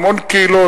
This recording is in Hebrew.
המון קהילות,